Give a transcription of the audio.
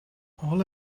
all